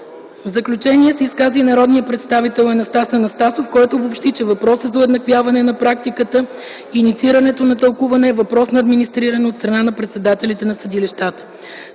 В заключение се изказа и народният представител Анастас Анастасов, който обобщи, че въпросът за уеднаквяването на практиката и инициирането на тълкуване е въпрос на администриране от страна на председателите на съдилищата.